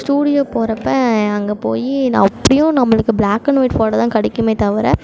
studio போகிறப்ப அங்கே போய் நான் அப்படியும் நம்மளுக்கு பிளாக் அண்ட் ஒயிட் ஃபோட்டோ தான் கிடைக்குமே தவிர